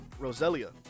Roselia